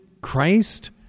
Christ